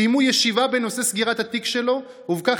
קיימו ישיבה בנושא סגירת התיק שלו ובכך